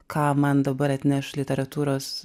ką man dabar atneš literatūros